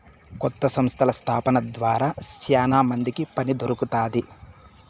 కొత్త సంస్థల స్థాపన ద్వారా శ్యానా మందికి పని దొరుకుతాది